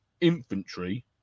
Infantry